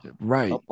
Right